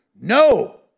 No